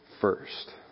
first